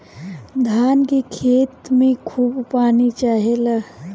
धान के खेत में खूब पानी चाहेला